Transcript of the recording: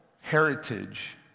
heritage